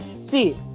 See